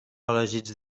elegits